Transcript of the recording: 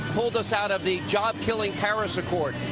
pulled us out of the job killing paris accord.